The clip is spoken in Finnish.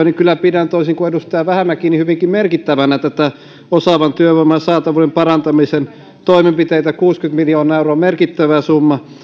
niin kyllä pidän toisin kuin edustaja vähämäki hyvinkin merkittävinä osaavan työvoiman saatavuuden parantamisen toimenpiteitä kuusikymmentä miljoonaa euroa merkittävä summa